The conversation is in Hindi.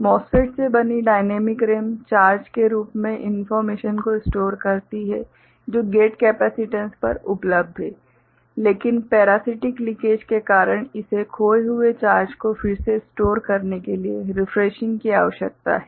MOSFET से बनी डायनेमिक रैम चार्ज के रूप में इन्फोर्मेशन को स्टोर करती है जो गेट कैपेसिटेंस पर उपलब्ध है लेकिन पेरसीटिक लीकेज के कारण इसे खोए हुए चार्ज को फिर से स्टोर करने के लिए रिफ्रेशिंग की आवश्यकता होती है